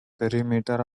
perimeter